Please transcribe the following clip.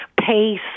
pace